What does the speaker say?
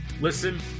Listen